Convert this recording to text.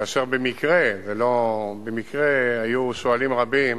כאשר במקרה ולא במקרה היו שואלים רבים